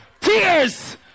tears